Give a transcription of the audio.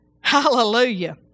Hallelujah